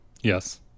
Yes